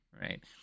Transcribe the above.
right